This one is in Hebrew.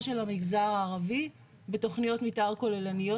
של המגזר הערבי בתוכניות מתאר כוללניות,